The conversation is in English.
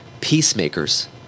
peacemakers